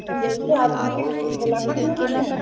হ্যাঁ বলছি আপনি কি ভোলা খান বলছেন